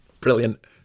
Brilliant